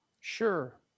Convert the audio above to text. Sure